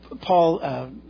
Paul